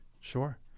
Sure